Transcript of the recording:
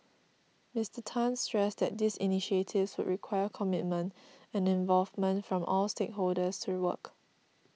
Mister Tan stressed that these initiatives would require commitment and involvement from all stakeholders to work